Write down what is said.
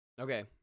okay